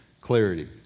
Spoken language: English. clarity